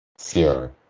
Zero